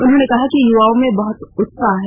उन्होंने कहा कि युवाओं में बहुत उत्साह है